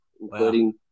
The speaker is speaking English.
including